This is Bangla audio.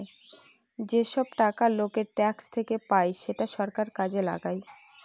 যেসব টাকা লোকের ট্যাক্স থেকে পায় সেটা সরকার কাজে লাগায়